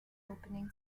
opening